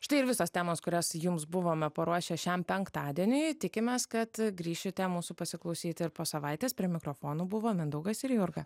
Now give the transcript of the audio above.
štai ir visos temos kurias jums buvome paruošę šiam penktadieniui tikimės kad grįšite mūsų pasiklausyti ir po savaitės prie mikrofonų buvo mindaugas ir jurga